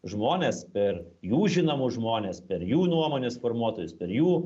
žmones per jų žinomus žmones per jų nuomonės formuotojus per jų